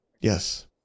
Yes